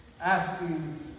asking